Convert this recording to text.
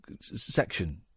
section